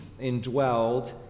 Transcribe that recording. indwelled